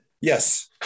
Yes